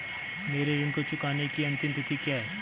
मेरे ऋण को चुकाने की अंतिम तिथि क्या है?